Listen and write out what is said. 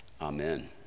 Amen